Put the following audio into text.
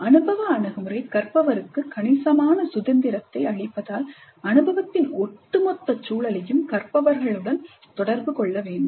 அனுபவ அணுகுமுறை கற்பவருக்கு கணிசமான சுதந்திரத்தை அளிப்பதால் அனுபவத்தின் ஒட்டுமொத்த சூழலையும் கற்பவர்கள் உடன் தொடர்பு கொள்ள வேண்டும்